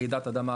רעידת אדמה,